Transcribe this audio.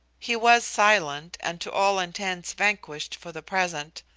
he was silent and to all intents vanquished for the present,